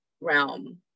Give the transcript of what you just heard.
realm